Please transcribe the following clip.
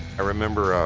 i remember a